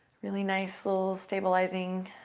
really nice, slow, stabilizing